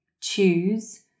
choose